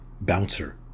bouncer